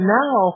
now